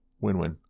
Win-win